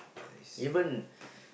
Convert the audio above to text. I see